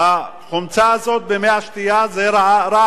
החומצה הזאת במי השתייה זה רעל,